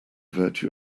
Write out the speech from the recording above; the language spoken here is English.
virtue